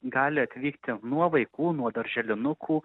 gali atvykti nuo vaikų nuo darželinukų